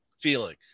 feeling